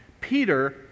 Peter